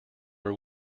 are